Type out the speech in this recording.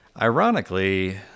ironically